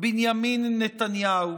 בנימין נתניהו.